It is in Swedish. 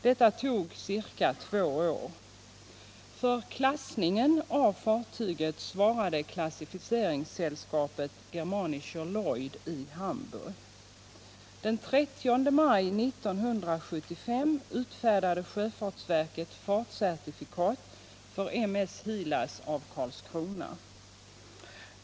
Detta tog ca två år. För klassningen av fartyget svarade klassificeringssällskapet Germanischer Lloyd i Hamburg. Den 30 maj 1975 utfärdade sjöfartsverket fartcertifikat för M/S Hilas av Karlskrona.